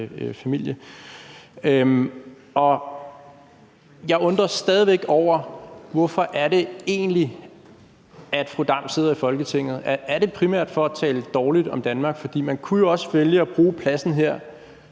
Jeg undres stadig væk over, hvorfor det egentlig er, fru Aki-Matilda Høegh-Dam sidder i Folketinget. Er det primært for at tale dårligt om Danmark? For man kunne jo også vælge at bruge pladsen her